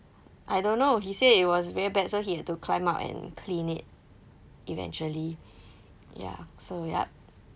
I don't know he say it was very bad so he had to climb out and clean it eventually ya so yup